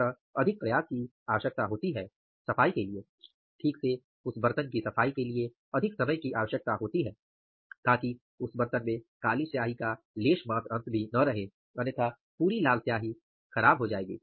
अतः अधिक प्रयास की आवश्यकता होती है सफाई के लिए ठीक से उस बर्तन की सफाई के लिए अधिक समय की आवश्यकता होती है ताकि उस बर्तन में काली स्याही का लेशमात्र अंश भी न रहे अन्यथा पूरी लाल स्याही खराब हो जाएगी